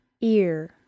Ear